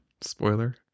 Spoiler